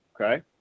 okay